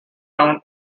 round